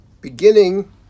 beginning